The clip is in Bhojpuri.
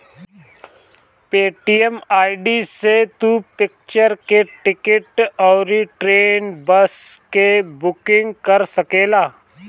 पेटीएम आई.डी से तू पिक्चर के टिकट अउरी ट्रेन, बस के बुकिंग कर सकेला